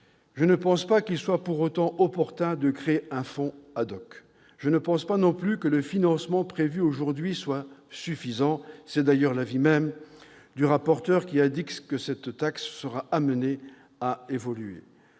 Je ne pense pas qu'il soit pour autant opportun de créer un fonds. Je ne pense pas non plus que le financement prévu aujourd'hui soit suffisant : c'est d'ailleurs l'avis même du rapporteur, qui indique que cette taxe sera amenée à évoluer.